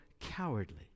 cowardly